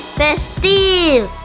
festive